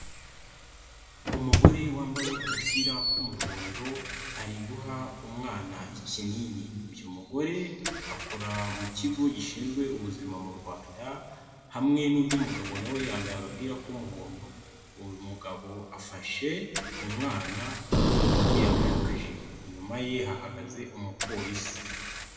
Umugore wambaye agapira k'umuhondo ari guha umwana ikinini, uyu mugore akora mu kigo gishinzwe ubuzima mu Rwanda, hamwe n'undi mugabo nawe yambaye agapira k'umuhondo, uyu mugabo afashe umwana umugabo yambaye akajiri inyuma ye hagaze umupolisi.